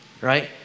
right